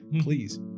please